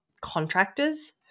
contractors